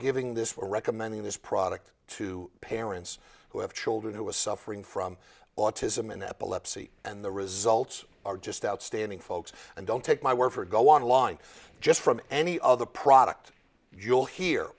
giving this we're recommending this product to parents who have children who was suffering from autism in epilepsy and the results are just outstanding folks and don't take my word for go online just from any other product you'll hear